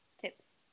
Tips